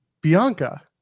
Bianca